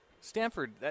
Stanford